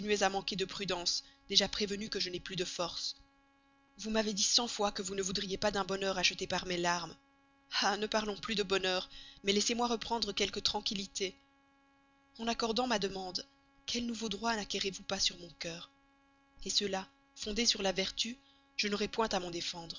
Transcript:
à manquer de prudence déjà prévenue que je n'ai plus de force vous m'avez dit cent fois que vous ne voudriez pas d'un bonheur acheté par mes larmes ah ne parlons plus de bonheur mais laissez-moi reprendre quelque tranquillité en accordant ma demande quels nouveaux droits nacquerrez vous pas sur mon cœur ceux-là fondés sur la vertu je n'aurai point à m'en défendre